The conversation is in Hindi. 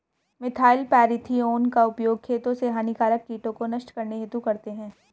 मिथाइल पैरथिओन का उपयोग खेतों से हानिकारक कीटों को नष्ट करने हेतु करते है